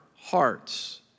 hearts